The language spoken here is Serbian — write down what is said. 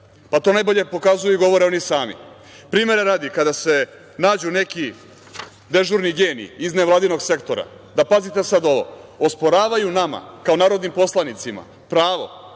To najbolje pokazuju i govore oni sami. Primera radi, kada se nađu neki dežurni geniji iz ne vladinog sektora, pazite sada ovo – osporavaju nama, kao narodnim poslanicima, pravo